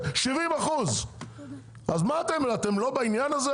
70%. אתם לא בעניין הזה?